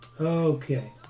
Okay